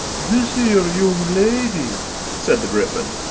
this here young lady said the gryphon,